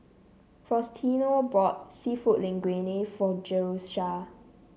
Faustino bought seafood Linguine for Jerusha